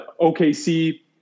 OKC